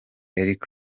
eric